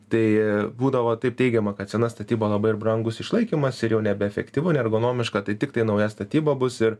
tai būdavo taip teigiama kad sena statyba labai ir brangus išlaikymas ir jau nebeefektyvu neergonomiška tai tiktai nauja statyba bus ir